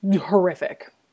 horrific